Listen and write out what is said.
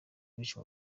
bishe